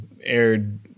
aired